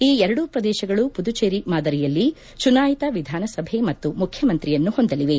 ಈ ಎರಡೂ ಪ್ರದೇಶಗಳು ಪುದುಚೆರಿ ಮಾದರಿಯಲ್ಲಿ ಚುನಾಯಿತ ವಿಧಾನಸಭೆ ಮತ್ತು ಮುಖ್ಯಮಂತ್ರಿಯನ್ನು ಹೊಂದಲಿವೆ